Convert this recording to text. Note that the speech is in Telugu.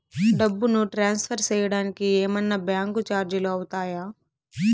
డబ్బును ట్రాన్స్ఫర్ సేయడానికి ఏమన్నా బ్యాంకు చార్జీలు అవుతాయా?